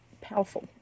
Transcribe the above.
powerful